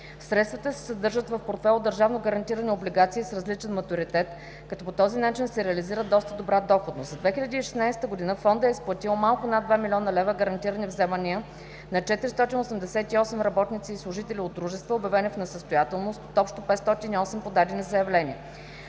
Средствата се съдържат в портфейл от държавно гарантирани облигации с различен матуритет като по този начин се реализира доста добра доходност. За 2016 г. Фондът е изплатил малко над 2 милиона лева гарантирани вземания на 488 работници и служители от дружества, обявени в несъстоятелност от общо 508 подадени заявления.